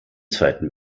zweiten